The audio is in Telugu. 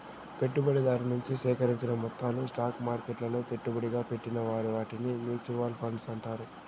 పెట్టుబడిదారు నుంచి సేకరించిన మొత్తాలు స్టాక్ మార్కెట్లలో పెట్టుబడిగా పెట్టిన వాటిని మూచువాల్ ఫండ్స్ అంటారు